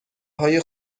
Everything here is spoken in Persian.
های